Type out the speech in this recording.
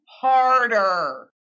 harder